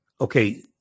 okay